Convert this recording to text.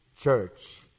Church